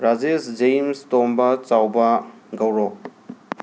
Rajesh James Tomba Chaoba Gouro